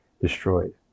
destroyed